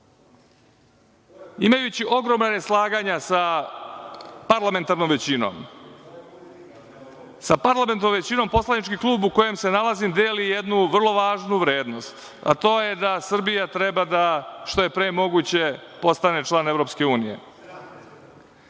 vidu ogromna neslaganja sa parlamentarnom većinom, sa parlamentarnom većinom poslanički klub u kojem se nalazi deli jednu vrlo važnu vrednost, a to je da Srbija treba da što je pre moguće postane član EU.